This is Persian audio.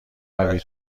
قوی